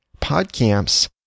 PodCamps